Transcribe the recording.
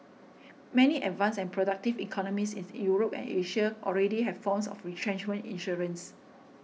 many advanced and productive economies is Europe and Asia already have forms of retrenchment insurance